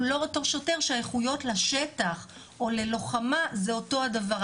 הוא לא אותו שוטר שהאיכויות לשטח או ללוחמה זה אותו הדבר.